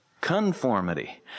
conformity